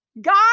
God